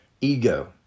ego